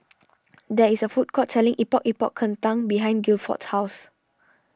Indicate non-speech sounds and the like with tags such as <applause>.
<noise> there is a food court selling Epok Epok Kentang behind Gilford's house